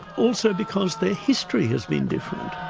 also because their history has been different